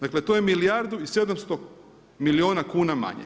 Dakle, to je milijardu i 700 milijuna kuna manje.